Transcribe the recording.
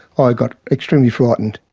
i got extremely frightened.